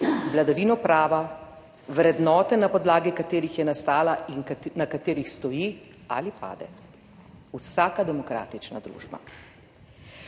vladavino prava, vrednote na podlagi katerih je nastala in na katerih stoji ali pade vsaka demokratična družba.